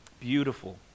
beautiful